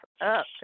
up